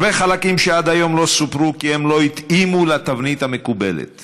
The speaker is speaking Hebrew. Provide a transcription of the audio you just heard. הרבה חלקים שעד היום לא סופרו כי הם לא התאימו לתבנית המקובלת